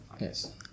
Yes